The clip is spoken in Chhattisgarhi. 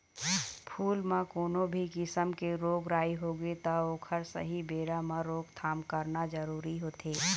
फूल म कोनो भी किसम के रोग राई होगे त ओखर सहीं बेरा म रोकथाम करना जरूरी होथे